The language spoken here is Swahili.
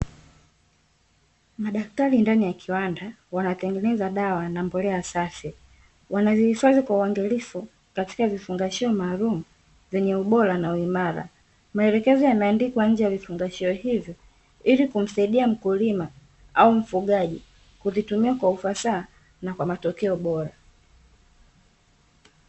Madaktari ndani ya kiwanda wanatengeneza dawa na mbolea safi. Wanazihifadhi kwa uangalifu katika vifungashio maalumu vyenye ubora na uimara. Maelekezo yameandikwa nje ya vifungashio hivyo ili kumsaidia mkulima au mfugaji kuvitumia kwa ufasaha na kwa matokeo bora.